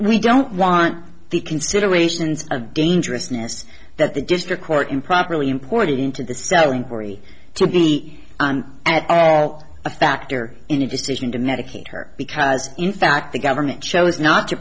we don't want the considerations of dangerousness that the district court improperly imported into the cell inquiry to be at all a factor in the decision to medicate her because in fact the government chose not to